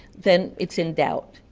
then it's in doubt,